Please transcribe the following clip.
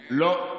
לא.